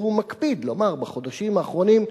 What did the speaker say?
והוא מקפיד לומר בחודשים האחרונים,